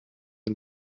y’u